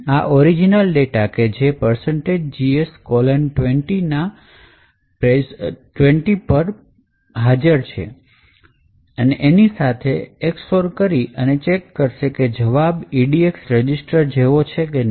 આ original data કે જે gs20 ના પર પ્રેઝન્ટ છે એની સાથે EX OR કરીને ચેક કરશે કે તે જવાબ EDX રજીસ્ટર જેવો જ છે કે નહીં